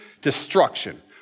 Destruction